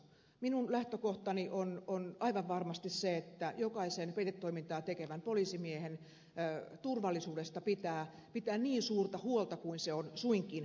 minun lähtökohtani on aivan varmasti se että jokaisen peitetoimintaa tekevän poliisimiehen turvallisuudesta pitää pitää niin suurta huolta kuin se on suinkin mahdollista